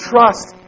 Trust